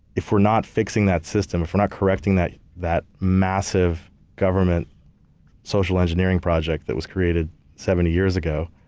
if we're not fixing that system, if we're not correcting that that massive government social engineering project that was created seventy years ago,